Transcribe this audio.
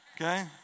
Okay